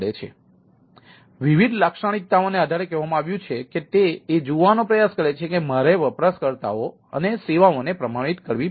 તેથી વિવિધ લાક્ષણિકતાઓના આધારે કહેવામાં આવ્યું છે કે તે એ જોવાનો પ્રયાસ કરે છે કે મારે વપરાશકર્તાઓ અને સેવાઓને પ્રમાણિત કરવી પડશે